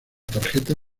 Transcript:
tarjeta